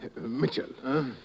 Mitchell